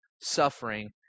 suffering